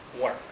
work